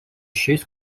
šiais